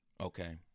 Okay